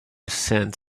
since